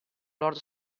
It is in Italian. lord